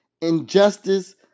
Injustice